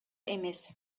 эмес